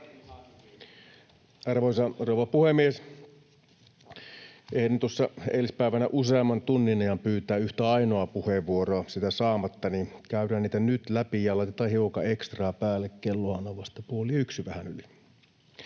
Arvoisa rouva puhemies! Ehdin tuossa eilispäivänä useamman tunnin ajan pyytää yhtä ainoaa puheenvuoroa sitä saamatta, joten käydään niitä nyt läpi ja laitetaan hiukan ekstraa päälle, kellohan on vasta vähän yli